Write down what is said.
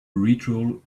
ritual